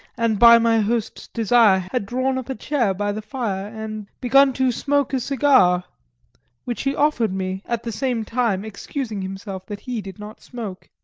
and by my host's desire had drawn up a chair by the fire and begun to smoke a cigar which he offered me, at the same time excusing himself that he did not smoke.